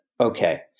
Okay